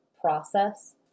process